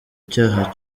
cyaha